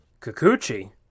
Kikuchi